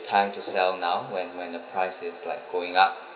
time to sell now when when the price is like going up